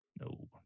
No